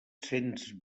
cents